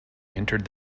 entered